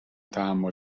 تحمل